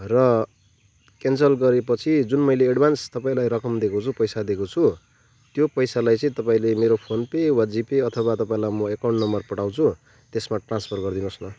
र क्यान्सल गरेपछि जुन मैले एड्भान्स तपाईँलाई रकम दिएको छु पैसा दिएको छु त्यो पैसालाई चाहिँ तपाईँले मेरो फोनपे वा जिपे अथवा तपाईँलाई म एकाउन्ट नम्बर पठाउँछु त्यसमा ट्रान्सफर गरिदिनुहोस् न